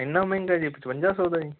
ਇੰਨਾਂ ਮਹਿੰਗਾ ਜੀ ਪਚਵੰਜਾ ਸੌ ਦਾ ਜੀ